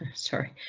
sorry,